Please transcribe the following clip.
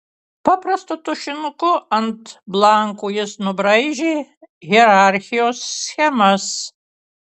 paprastu tušinuku ant blankų jis nubraižė hierarchijos schemas